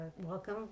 welcome